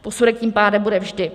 Posudek tím pádem bude vždy.